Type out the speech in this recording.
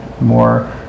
more